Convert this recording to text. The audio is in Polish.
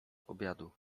obiadu